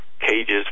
cages